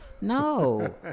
No